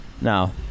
No